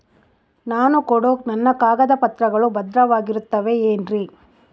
ನಾನು ಕೊಡೋ ನನ್ನ ಕಾಗದ ಪತ್ರಗಳು ಭದ್ರವಾಗಿರುತ್ತವೆ ಏನ್ರಿ?